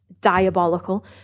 diabolical